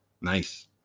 nice